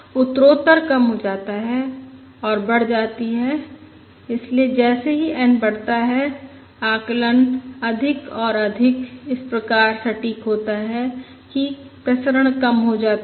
उत्तरोत्तर कम हो जाती है और बढ़ जाती है इसलिए जैसे ही n बढ़ता है आकलन अधिक और अधिक इस प्रकार सटीक होता है कि प्रसरण कम हो जाता है